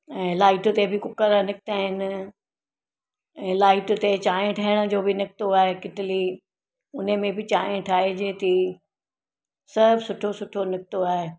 ऐं लाइट ते बि कुकर निकिता आहिनि ऐं लाइट ते चांहि ठाहिण जो बि निकितो आहे किटली हुन में बि चांहि ठाहिजे थी सभु सुठो सुठो निकितो आहे